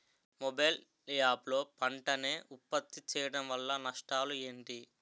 Mobile app లో పంట నే ఉప్పత్తి చేయడం వల్ల నష్టాలు ఏంటి?